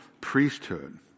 priesthood